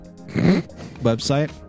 website